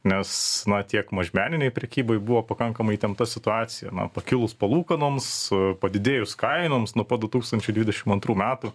nes na tiek mažmeninei prekybai buvo pakankamai įtempta situacija nuo pakilus palūkanoms padidėjus kainoms nuo pat du tūkstančiai dvidešim antrų metų